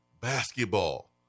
basketball